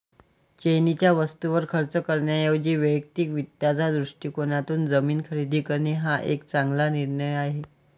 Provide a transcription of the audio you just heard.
चैनीच्या वस्तूंवर खर्च करण्याऐवजी वैयक्तिक वित्ताच्या दृष्टिकोनातून जमीन खरेदी करणे हा एक चांगला निर्णय आहे